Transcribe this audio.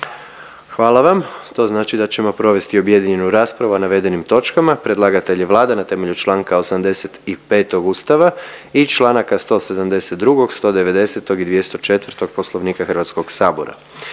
Hvala vam, to znači da ćemo provesti objedinjenu raspravu o navedenim točkama. Predlagatelj je Vlada na temelju čl. 85. Ustava i čl. 172., 190. i 204. Poslovnika HS. Prigodom